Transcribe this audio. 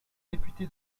député